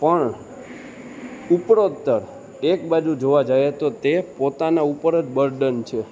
પણ ઉપરોત્તર એક બાજુ જોવા જઈએ તો તે પોતાના ઉપર જ બર્ડન છે